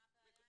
מה הבעיה עם זה?